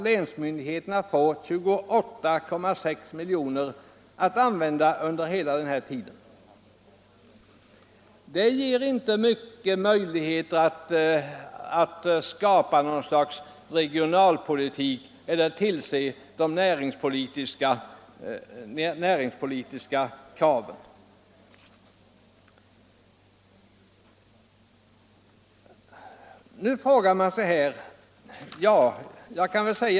Länsmyndigheten får alltså 28,6 milj.kr. att använda under perioden. Det ger inte stora möjligheter att skapa något slags regionalpolitik eller tillgodose de näringspolitiska kraven.